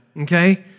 Okay